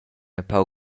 empau